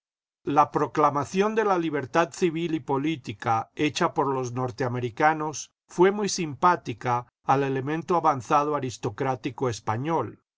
la proclamación de la libertad civil y política hecha por los norteamericanos fué muy simpática al elemento avanzado aristocrático español